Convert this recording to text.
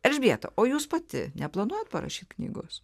elžbieta o jūs pati neplanuojat parašyt knygos